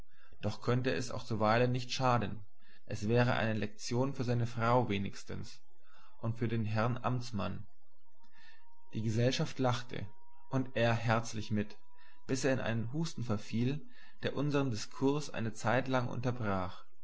doch könnte es auch zuweilen nicht schaden es wäre eine lektion für seine frau wenigstens und für den herrn amtmann die gesellschaft lachte und er herzlich mit bis er in einen husten verfiel der unsern diskurs eine zeitlang unterbrach